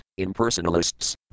impersonalists